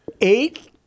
eight